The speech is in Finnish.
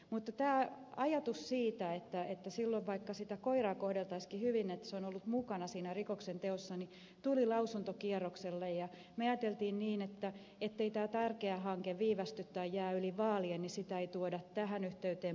mutta ajatus siitä että vaikka sitä koiraa kohdeltaisiinkin hyvin niin se on ollut mukana rikoksenteossa tuli lausuntokierrokselle ja ajattelimme niin että jottei tämä tärkeä hanke viivästy tai jää yli vaalien niin sitä ei tuoda tähän yhteyteen pohdittavaksi